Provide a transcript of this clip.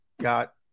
got